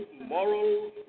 moral